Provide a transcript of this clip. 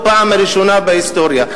פעם ראשונה בהיסטוריה.